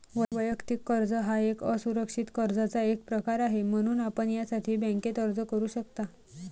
वैयक्तिक कर्ज हा एक असुरक्षित कर्जाचा एक प्रकार आहे, म्हणून आपण यासाठी बँकेत अर्ज करू शकता